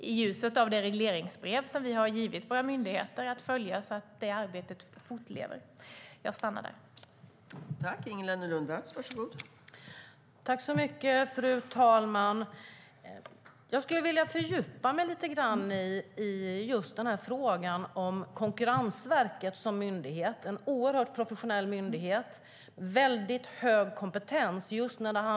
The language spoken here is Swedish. I ljuset av det regleringsbrev vi har givit våra myndigheter kommer vi givetvis att övervaka att detta arbete fortsätter.